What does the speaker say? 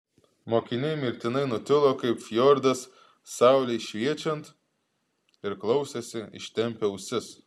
mokiniai mirtinai nutilo kaip fjordas saulei šviečiant ir klausėsi ištempę ausis